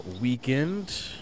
Weekend